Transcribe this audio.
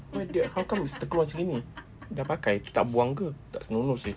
why the how come is terkeluar macam ini dah pakai tak buang ke tak senonoh seh